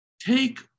take